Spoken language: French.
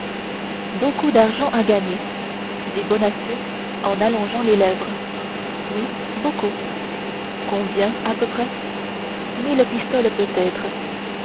beaucoup d'argent à gagner dit bonacieux en allongeant les lèvres oui beaucoup combien à peu près mille pistoles peut-être